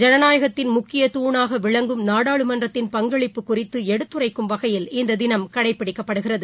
ஜனநாயகத்தின் முக்கிய தூணாக விளங்கும் நாடாளுமன்றத்தின் பங்களிப்பு குறித்து எடுத்துரைக்கும் வகையில் இந்த தினம் கடைப்பிடிக்கப்படுகிறது